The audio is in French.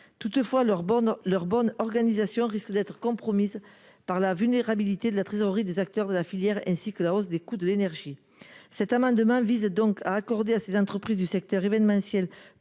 leur bande leur bonne organisation risque d'être compromise par la vulnérabilité de la trésorerie des acteurs de la filière, ainsi que la hausse des coûts de l'énergie, cet amendement vise donc à accorder à ces entreprises du secteur événementiel